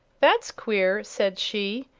that's queer, said she.